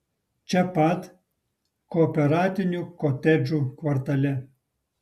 čia pat kooperatinių kotedžų kvartale